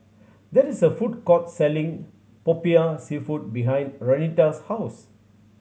there is a food court selling Popiah Seafood behind Renita's house